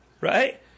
right